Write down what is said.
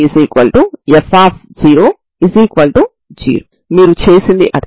ఇది ఐగెన్ విలువ అయినా కాకపోయినా దీనిని మనం తీసుకుందాం